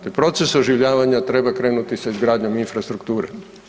Taj proces oživljavanja treba krenuti sa izgradnjom infrastrukture.